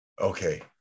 Okay